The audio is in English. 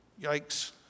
yikes